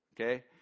okay